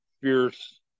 fierce